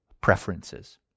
preferences